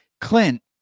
Clint